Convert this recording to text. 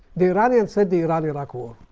the iranians had the iran-iraq war.